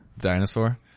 dinosaur